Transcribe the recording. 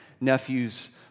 nephew's